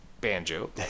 banjo